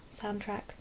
soundtrack